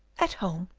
at home?